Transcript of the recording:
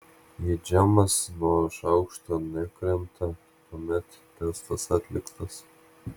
jei džemas nuo šaukšto nukrenta tuomet testas atliktas